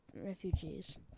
refugees